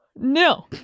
No